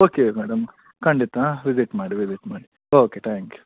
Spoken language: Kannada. ಓಕೆ ಮೇಡಮ್ ಖಂಡಿತ ಹಾಂ ವಿಸಿಟ್ ಮಾಡಿ ವಿಸಿಟ್ ಮಾಡಿ ಓಕೆ ತ್ಯಾಂಕ್ ಯು